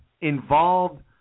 involved